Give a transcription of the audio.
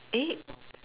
eh